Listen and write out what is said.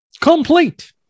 complete